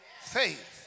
faith